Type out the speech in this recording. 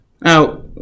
Now